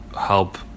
help